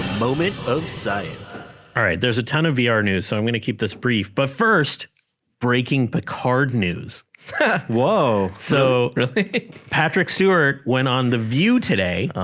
moment of science all right there's a ton of yeah vr news so i'm gonna keep this brief but first breaking piccard news whoa so patrick stewart went on the view today